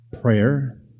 Prayer